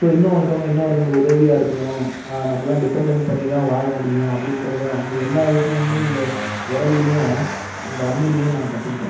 so இன்னொருத்தவங்க இன்னொருத்தவங்களுக்கு உதவியாக இருக்கணும் நம்பள்லாம் டிபெண்டன்ட் பண்ணி தான் வாழ முடியும் அப்படின்றத அந்த எல்லா விஷயமுமே இந்த உரல்லேயும் அந்த அம்மிலேயும் நான் கற்றுக்கிட்டேன்